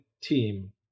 team